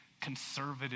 conservative